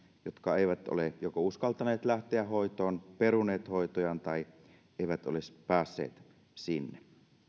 jotka joko eivät ole uskaltaneet lähteä hoitoon ovat peruneet hoitojaan tai eivät olisi päässeet sinne